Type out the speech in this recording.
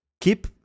keep